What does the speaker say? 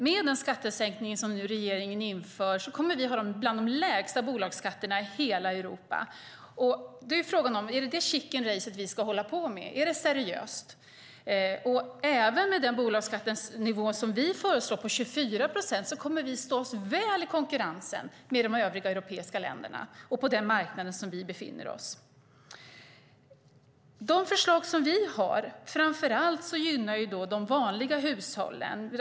Med den skattesänkning som regeringen nu inför kommer vi att ha bland de lägsta bolagsskatterna i hela Europa. Då är frågan om det är det chickenracet som vi ska hålla på med. Är det seriöst? Även med den bolagsskattenivå som vi föreslår, 24 procent, kommer vi att stå oss väl i konkurrensen med de övriga europeiska länderna och på den marknad som vi befinner oss. De förslag som vi har gynnar framför allt de vanliga hushållen.